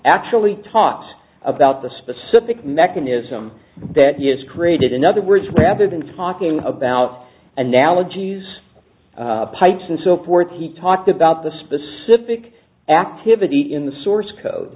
actually talks about the specific mechanism that is created in other words rather than talking about analogies pipes and so forth he talked about the specific activity in the source code